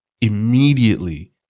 immediately